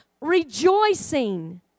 rejoicing